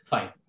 Fine